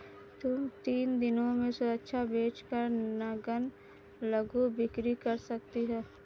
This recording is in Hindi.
तुम तीन दिनों में सुरक्षा बेच कर नग्न लघु बिक्री कर सकती हो